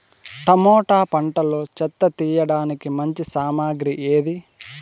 Tomato పంటలో చెత్త తీయడానికి మంచి సామగ్రి ఏది?